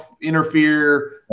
interfere